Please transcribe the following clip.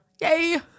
Yay